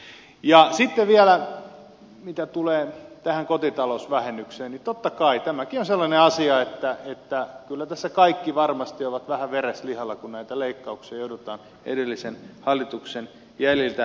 sitten vielä mitä tulee tähän kotitalousvähennykseen niin totta kai tämäkin on sellainen asia että kyllä tässä kaikki varmasti ovat vähän vereslihalla kun näitä leikkauksia joudutaan edellisen hallituksen jäljiltä tekemään